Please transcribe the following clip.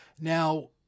Now